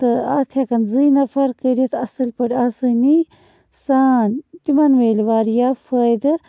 تہٕ اَتھ ہٮ۪کن زٕے نَفر کٔرِتھ اَصٕل پٲٹھۍ آسٲنی سان تِمَن میلہِ واریاہ فٲیدٕ